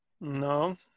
No